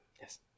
Yes